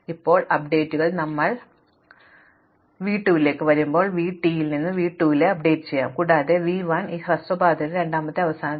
ഇപ്പോൾ അപ്ഡേറ്റുകൾ ഞങ്ങളെ ശല്യപ്പെടുത്തുന്നില്ലേയെന്നും ഞങ്ങൾ ശരിയാക്കാം പക്ഷേ ഇപ്പോൾ ഞങ്ങൾ വി 2 ലേക്ക് വരുമ്പോൾ വി 1 ൽ നിന്നും വി 2 അപ്ഡേറ്റ് ചെയ്യും കൂടാതെ വി 1 ഈ ഹ്രസ്വ പാതയിലെ രണ്ടാമത്തെ അവസാന പാതയാണ്